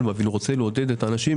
אנחנו לא רוצים להגיע למקרה ספציפי,